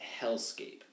hellscape